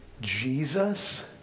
Jesus